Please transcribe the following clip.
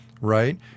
right